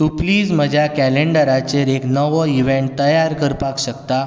तूं प्लीज म्हज्या केलन्डराचेर एक नवो इवेन्ट तयार करपाक शकता